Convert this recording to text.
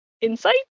insight